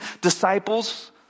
disciples